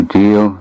deal